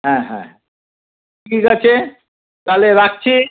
হ্যাঁ হ্যাঁ ঠিক আছে তাহলে রাখছি